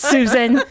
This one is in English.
Susan